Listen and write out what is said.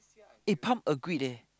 eh Palm agreed eh